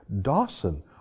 Dawson